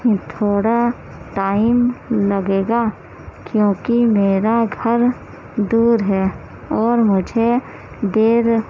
تھوڑا ٹائم لگے گا کیونکہ میرا گھر دور ہے اور مجھے دیر